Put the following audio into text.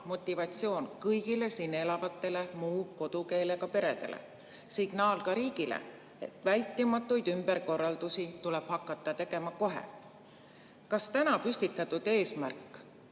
motivatsioon kõigile siin elavatele muu kodukeelega peredele, signaal ka riigile, et vältimatuid ümberkorraldusi tuleb hakata tegema kohe? Kas täna püstitatud eesmärk,